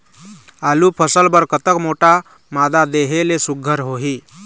आलू फसल बर कतक मोटा मादा देहे ले सुघ्घर होही?